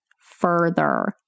further